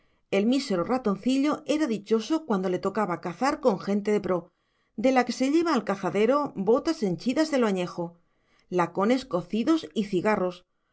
el mísero ratoncillo era dichoso cuando le tocaba cazar con gente de pro de la que se lleva al cazadero botas henchidas de lo añejo lacones cocidos y cigarros